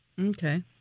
Okay